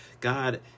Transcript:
God